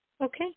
Okay